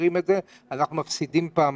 מעבירים את זה ואנחנו מפסידים פעמיים,